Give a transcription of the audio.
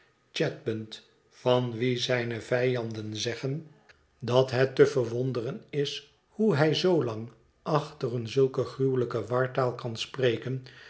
chadband van wien zijne vijanden zeggen dat het te verwonderen is hoe hij zoolang achtereen zulke gruwelijke wartaal kan spreken